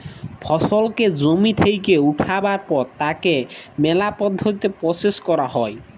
ফসলকে জমি থেক্যে উঠাবার পর তাকে ম্যালা পদ্ধতিতে প্রসেস ক্যরা হ্যয়